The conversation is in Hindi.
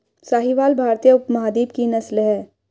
साहीवाल भारतीय उपमहाद्वीप की नस्ल है